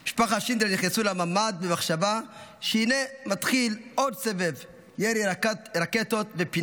משפחת שינדלר נכנסה לממ"ד במחשבה שהינה מתחיל עוד סבב ירי רקטות ופינוי.